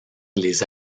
les